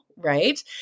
right